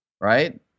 right